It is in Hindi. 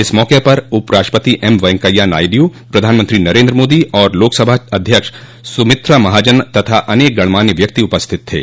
इस मौके पर उपराष्ट्रपति एम वेंकैया नायडू प्रधानमंत्री नरेन्द्र मोदी और लोकसभा अध्यक्ष सुमित्रा महाजन तथा अनेक गणमान्य व्यक्ति उपस्थित थे